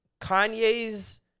Kanye's